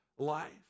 Life